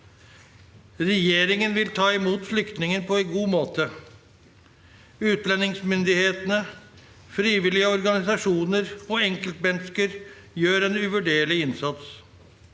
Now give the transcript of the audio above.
Regjeringen vil ta imot flyktningene på en god måte. Utlendingsmyndighetene, frivillige organisasjoner og enkeltmennesker gjør en uvurderlig innsats.